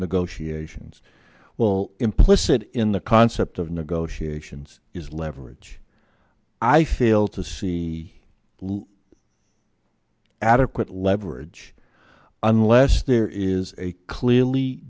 negotiations well implicit in the concept of negotiations is leverage i fail to see adequate leverage unless there is a clearly